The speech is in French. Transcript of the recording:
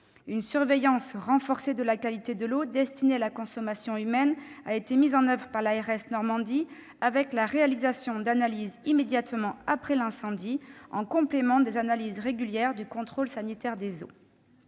Une surveillance renforcée de la qualité de l'eau destinée à la consommation humaine a été mise en oeuvre par l'ARS Normandie, qui a effectué des analyses tout de suite après l'incendie, en complément des analyses régulières du contrôle sanitaire des eaux.